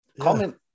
Comment